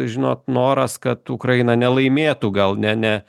žinot noras kad ukraina nelaimėtų gal ne ne